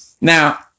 now